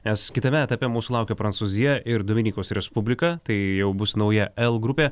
nes kitame etape mūsų laukia prancūzija ir dominikos respublika tai jau bus nauja l grupė